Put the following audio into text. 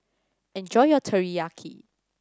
enjoy your Teriyaki